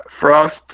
Frost